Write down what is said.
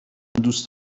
دوست